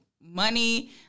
money